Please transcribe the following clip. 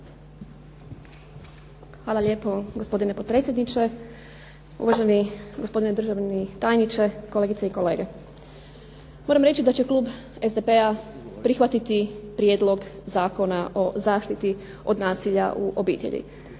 Hvala lijepo. Gospodine potpredsjedniče, uvaženi gospodine državni tajniče, kolegice i kolege. Moram reći da će klub SDP-a prihvatiti Prijedlog Zakona o zaštiti od nasilja u obitelji,